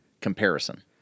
comparison